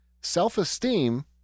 Self-esteem